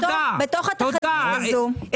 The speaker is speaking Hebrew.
תקציב לאוכלוסייה